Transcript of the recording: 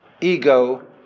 ego